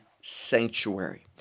sanctuary